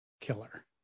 killer